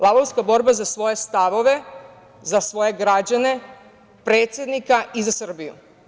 Lavovska borba za svoje stavove, za svoje građane, predsednika i za Srbiju.